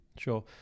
Sure